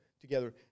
together